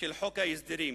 חוק ההסדרים,